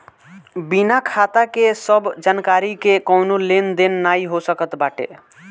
बिना खाता के सब जानकरी के कवनो लेन देन नाइ हो सकत बाटे